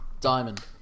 Diamond